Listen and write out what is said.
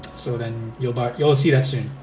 so then you'll but you'll see that soon,